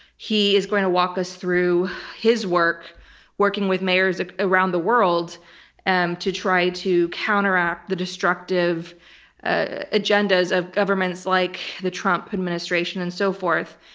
he is going to walk us through his work working with mayors around the world and to try to counteract the destructive agendas of governments like the trump administration and so forth,